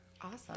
Awesome